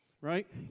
right